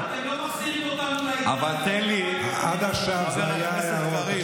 אתה יודע מה זו עילת הסבירות?